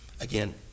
Again